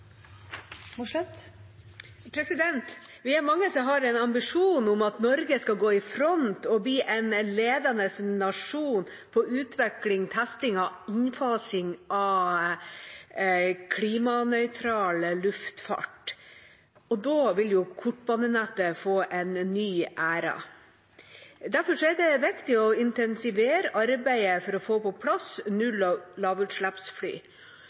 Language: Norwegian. mange som har en ambisjon om at Norge skal gå i front og bli en ledende nasjon på utvikling, testing og innfasing av klimanøytral luftfart. Da vil kortbanenettet få en ny æra. Derfor er det viktig å intensivere arbeidet for å få på plass null- og lavutslippsfly.